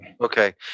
Okay